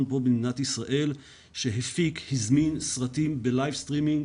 כאן במדינת ישראל שהפיק והזמין סרטים ב-לייף סטרימינג